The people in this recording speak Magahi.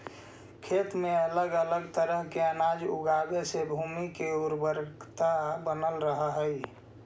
खेत में अलग अलग तरह के अनाज लगावे से भूमि के उर्वरकता बनल रहऽ हइ